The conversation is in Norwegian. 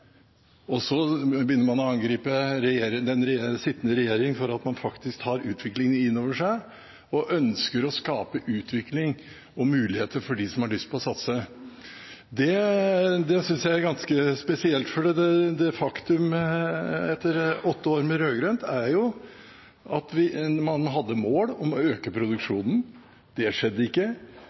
Så begynner man å angripe den sittende regjering for at man faktisk tar utviklingen inn over seg og ønsker å skape utvikling og muligheter for dem som har lyst til å satse. Det synes jeg er ganske spesielt. Faktum etter åtte år med rød-grønt er: Man hadde mål om å øke produksjonen, det skjedde ikke.